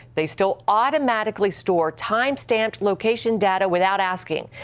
they still automatically store time-stamped location data without asking.